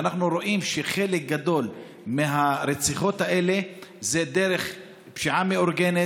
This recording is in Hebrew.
אנחנו רואים שחלק גדול מהרציחות האלה זה דרך פשיעה מאורגנת,